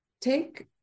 take